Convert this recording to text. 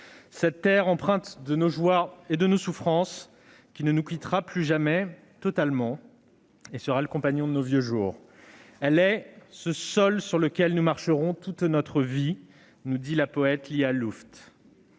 cette terre empreinte de nos joies et de nos souffrances, qui ne nous quittera plus jamais totalement et sera le compagnon de nos vieux jours. Elle est ce « sol sur lequel nous marcherons toute notre vie », nous dit la poète Lya Luft.